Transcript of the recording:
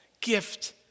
gift